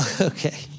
Okay